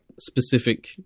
specific